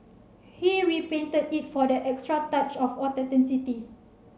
he repainted it for that extra touch of authenticity